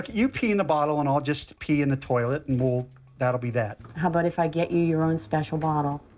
you pee in a bottle, and i'll just pee in the toilet, and that'll be that. how about if i get you your own special bottle?